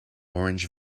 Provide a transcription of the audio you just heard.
orange